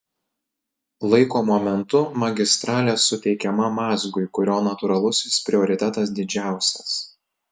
laiko momentu magistralė suteikiama mazgui kurio natūralusis prioritetas didžiausias